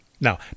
Now